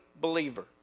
believer